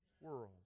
world